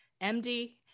MD